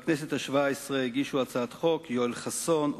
בכנסת השבע-עשרה הגישו הצעת חוק יואל חסון,